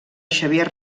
xavier